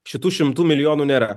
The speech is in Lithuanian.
šitų šimtų milijonų nėra